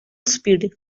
speed